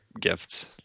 gifts